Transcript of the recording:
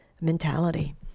mentality